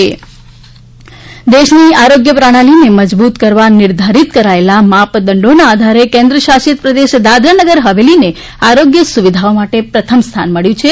દમણ દાદરાનગર હવેલી દેશની આરોગ્ય પ્રણાલીને મજબૂત કરવા નિર્ધારીત કરાયેલા માપદંડોના આધારે કેન્દ્ર શાસિત પ્રદેશ દાદરાનગર હવેલીને આરોગ્ય સુવિધાઓ માટે પ્રથમ સ્થાન મળ્યું છે